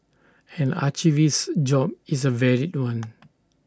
an archivist's job is A varied one